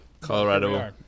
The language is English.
Colorado